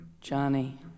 Johnny